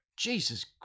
Jesus